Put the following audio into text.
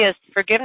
forgiveness